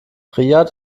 riad